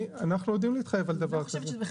אנחנו יודעים להתחייב על דבר כזה.